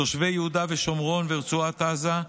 אני מתכבד היום להציג בפני הכנסת את הצעת חוק הכניסה לישראל,